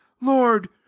lord